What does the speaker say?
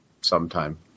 sometime